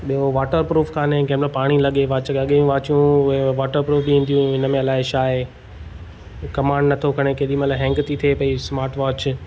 ॿियो वाटरप्रूफ कोन्हे कंहिं महिल पाणी लॻे वॉच खे अॻियूं वॉचूं वाटरप्रूफ बि ईंदियूं हुयूं हिन में अलाए छा आहे कमांड नथो खणे केॾी महिल हैंग थी थिए पई स्मार्टवॉच